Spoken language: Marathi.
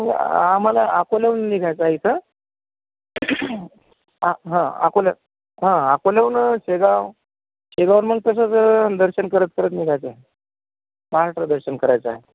आम्हाला अकोल्याहुन निघायचं इथं आ हं अकोला हा अकोल्याहुन शेगाव शेगाववरून तसंच दर्शन करत करत निघायचं महाराष्ट्र दर्शन करायचं आहे